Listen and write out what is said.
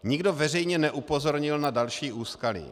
Nikdo veřejně neupozornil na další úskalí.